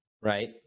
right